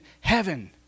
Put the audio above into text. heaven